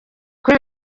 kuri